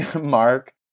Mark